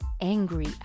angry